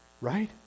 Right